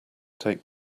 take